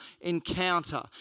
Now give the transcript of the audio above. encounter